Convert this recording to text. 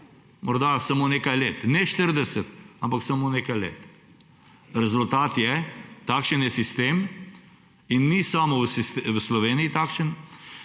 morda samo nekaj let, ne 40, ampak samo nekaj let. Rezultat je – takšen je sistem, in ni samo v Sloveniji takšen